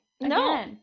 no